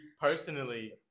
personally